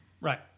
Right